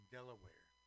Delaware